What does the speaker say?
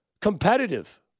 competitive